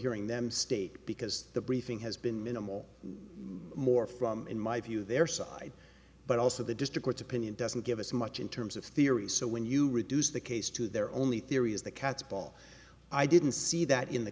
hearing them state because the briefing has been minimal more from in my view their side but also the district's opinion doesn't give us much in terms of theory so when you reduce the case to their only theory is the cat's ball i didn't see that in the